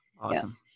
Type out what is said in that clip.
Awesome